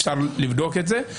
אפשר לבדוק את זה,